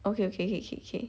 okay okay K K K